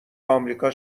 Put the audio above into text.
آمریکا